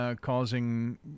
causing